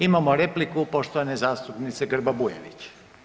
Imamo repliku poštovane zastupnice Grba-Bujević.